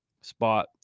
spot